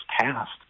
passed